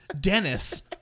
Dennis